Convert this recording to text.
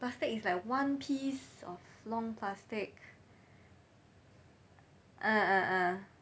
plastic is like one piece of long plastic ah ah ah